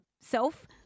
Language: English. self